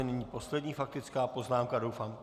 Nyní poslední faktická poznámka doufám...